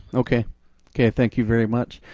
okay okay thank you very much.